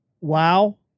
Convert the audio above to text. Wow